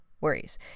worries